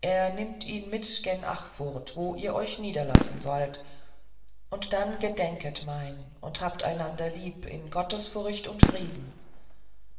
er nimmt ihn mit gen achfurth wo ihr euch niederlassen sollt und dann gedenket mein und habt einander lieb in gottesfurcht und frieden